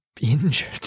injured